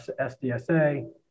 SDSA